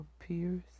appears